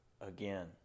again